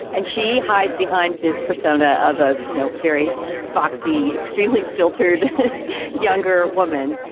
and she hides behind this persona of a, you know, very foxy, extremely filtered younger woman.